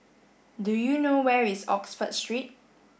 do you know where is Oxford Street